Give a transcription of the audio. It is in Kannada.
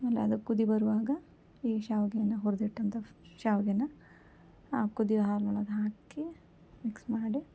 ಆಮೇಲೆ ಅದು ಕುದಿ ಬರುವಾಗ ಈ ಶಾವಿಗೆನ ಹುರಿದಿಟ್ಟಂಥ ಶಾವಿಗೆನ ಆ ಕುದಿಯೋ ಹಾಲೊಳಗೆ ಹಾಕಿ ಮಿಕ್ಸ್ ಮಾಡಿ